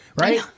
right